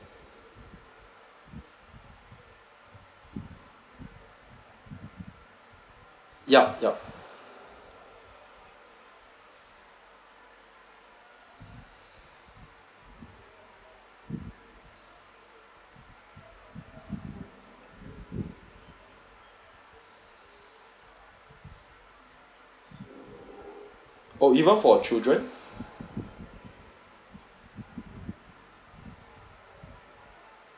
yup yup oh even for children